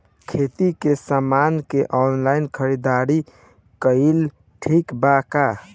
खेती के समान के ऑनलाइन खरीदारी कइल ठीक बा का?